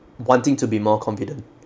wanting to be more confident